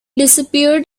disappeared